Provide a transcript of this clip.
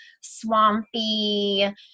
swampy